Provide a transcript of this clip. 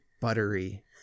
buttery